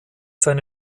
seine